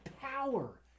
power